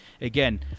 again